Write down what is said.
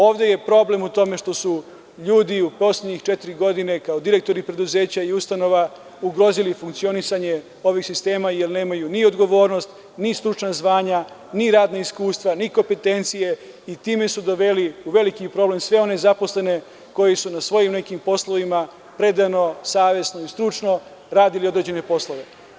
Ovde je problem u tome što su ljudi u poslednje četiri godine kao direktori preduzeća i ustanova ugrozili funkcionisanje ovih sistema, jer nemaju ni odgovornost, ni stručna zvanja, ni radna iskustva, ni kompetencije i time su doveli u veliki problem sve one zaposlene koji su na svojim nekim poslovima predano, savesno i stručno radili određene poslove.